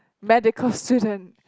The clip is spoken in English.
medical student